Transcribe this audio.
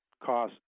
cost